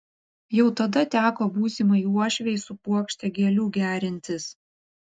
jau tada teko būsimai uošvei su puokšte gėlių gerintis